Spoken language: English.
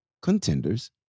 contenders